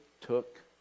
took